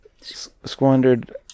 squandered